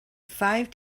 five